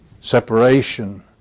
separation